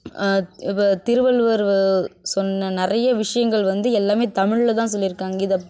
இப்போ திருவள்ளுவர் வ சொன்ன நிறைய விஷயங்கள் வந்து எல்லாமே தமிழில் தான் சொல்லியிருக்காங்க